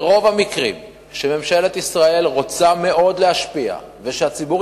ברוב המקרים שממשלת ישראל רוצה מאוד להשפיע שהציבור